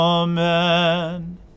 Amen